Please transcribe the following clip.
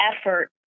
effort